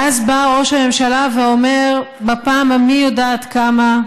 ואז בא ראש הממשלה, ואומר בפעם המי יודעת כמה: